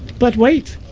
but wait,